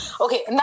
Okay